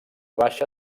baixa